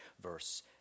verse